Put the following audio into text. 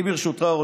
ברשותך,